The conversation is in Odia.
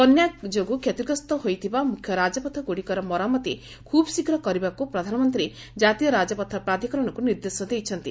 ବନ୍ୟାଯୋଗୁଁ କ୍ଷତିଗ୍ରସ୍ତ ହୋଇଥିବା ମୁଖ୍ୟ ରାଜପଥଗୁଡ଼ିକର ମରାମତି ଖୁବ୍ ଶୀଘ୍ର କରିବାକୁ ପ୍ରଧାନମନ୍ତ୍ରୀ ଜାତୀୟ ରାଜପଥ ପ୍ରାଧିକରଣକୁ ନିର୍ଦ୍ଦେଶ ଦେଇଛନ୍ତି